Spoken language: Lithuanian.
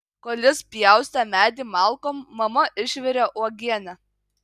kol jis pjaustė medį malkom mama išvirė uogienę